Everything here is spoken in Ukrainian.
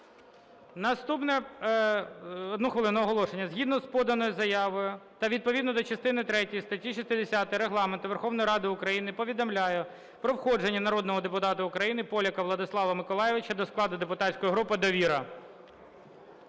покажіть. Одну хвилину, оголошення. Згідно з поданою заявою та відповідно до частини третьої статті 60 Регламенту Верховної Ради України повідомляю про входження народного депутата України Поляка Владіслава Миколайовича до складу депутатської групи "Довіра".